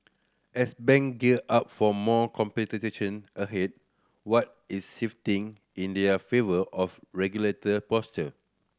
as bank gear up for more competition ahead what is shifting in their favour of regulator posture